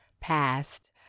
past